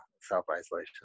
self-isolation